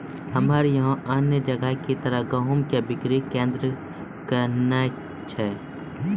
हमरा यहाँ अन्य जगह की तरह गेहूँ के बिक्री केन्द्रऽक नैय छैय?